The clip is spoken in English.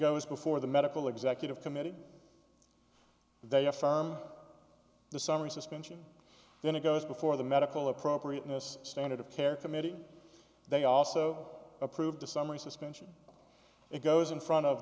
goes before the medical executive committee they affirm the summary suspension then it goes before the medical appropriateness standard of care committee they also approved a summary suspension it goes in front of